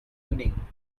evening